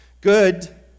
Good